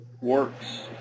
works